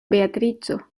beatrico